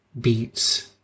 beats